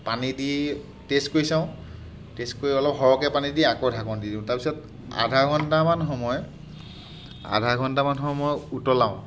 পানী দি টে'ষ্ট কৰি চাওঁ টে'ষ্ট কৰি অলপ সৰহকৈ পানী দি আকৌ ঢাকন দি দিওঁ তাৰপিছত আধা ঘণ্টামান সময় আধা ঘণ্টামান সময় উতলাওঁ